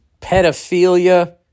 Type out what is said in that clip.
pedophilia